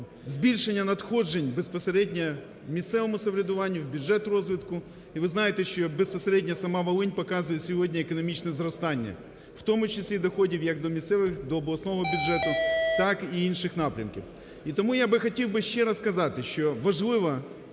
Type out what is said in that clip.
збільшення надходжень безпосередньо місцевому самоврядуванню, в бюджет розвитку. І ви знаєте, що безпосередньо сама Волинь показує сьогодні економічне зростання, в тому числі доходів як до місцевих, до обласного бюджету, так і інших напрямків. І тому я би хотів би, ще раз сказати, що важливо